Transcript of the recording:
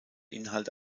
inhalt